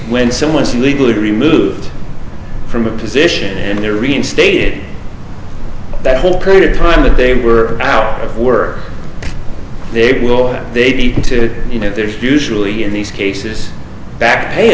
when someone is legally removed from a position and there reinstated that whole period of time that they were out of work they will they be counted you know there's usually in these cases back pay